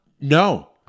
no